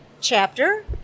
chapter